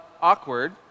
awkward